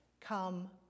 come